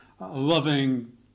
loving